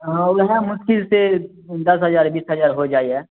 हँ वएह मोसकिलसँ दस हजार बीस हजार हो जाइए